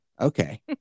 okay